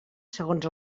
segons